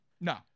No